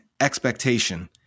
expectation